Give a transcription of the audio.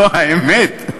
זו האמת,